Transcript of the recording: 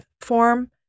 form